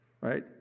Right